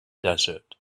desert